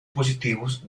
positivos